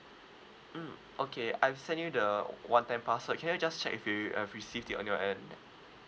mm okay I've sent you the one time password can you just check if you have received it on your end